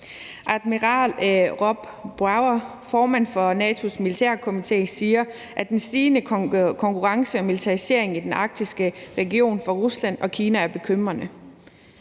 Admiral Rob Bauer, som er formand for NATO's Militærkomité, siger ifølge mediet High North News, at den stigende konkurrence og militarisering i den arktiske region fra Rusland og Kinas side er bekymrende.